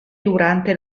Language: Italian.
durante